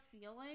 feeling